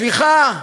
סליחה,